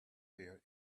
bear